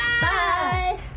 Bye